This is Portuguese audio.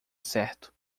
certo